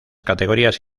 categorías